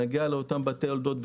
נגיע לבתי יולדות.